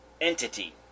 entity